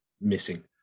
missing